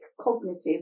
cognitive